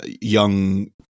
young